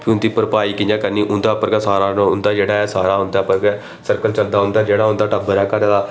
फ्ही उंदी भरपाई कियां करनी उंदे पर गै सारा जेह्ड़ा ऐ सर्कल चलदा ऐ जेह्ड़ा उंदा टब्बर ऐ घरै दा